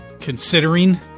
considering